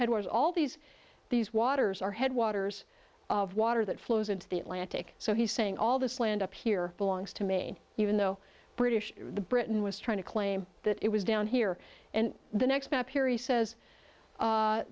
head was all these these waters are headwaters of water that flows into the atlantic so he's saying all this land up here belongs to me even though british britain was trying to claim that it was down here and the next map here he says